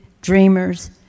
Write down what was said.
dreamers